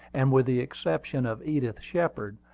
and with the exception of edith shepard,